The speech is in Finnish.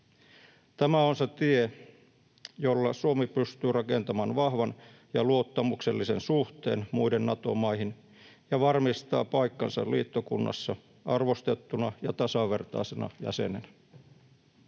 Tämä on se tie, jolla Suomi pystyy rakentamaan vahvan ja luottamuksellisen suhteen muihin Nato-maihin ja varmistaa paikkansa liittokunnassa arvostettuna ja tasavertaisena jäsenenä.